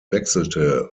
wechselte